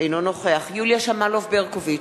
אינו נוכח יוליה שמאלוב-ברקוביץ,